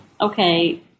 okay